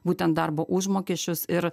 būtent darbo užmokesčius ir